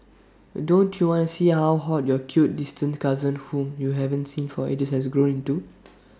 don't you wanna see how hot your cute distant cousin whom you haven't seen for ages has grown into